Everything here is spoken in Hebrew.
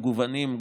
מגוונים,